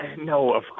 No